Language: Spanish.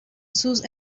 sus